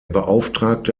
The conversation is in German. beauftragte